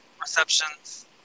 receptions